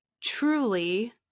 truly